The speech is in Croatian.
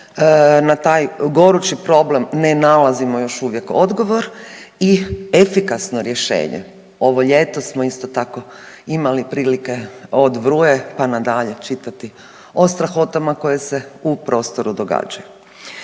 na taj gorući problem ne nalazimo još uvijek odgovor i efikasno rješenje, ovo ljeto smo isto tako imali prilike od Vruje pa na dalje čitati o strahotama koje se u prostoru događaju.